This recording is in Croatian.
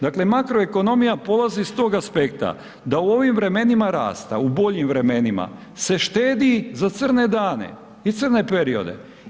Dakle, makroekonomija polazi s tog aspekta da u ovim vremenima rasta, u boljim vremenima, se štedi za crne dane i crne periode.